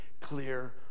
clear